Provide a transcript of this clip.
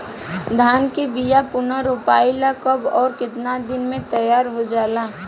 धान के बिया पुनः रोपाई ला कब और केतना दिन में तैयार होजाला?